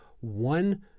one